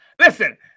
Listen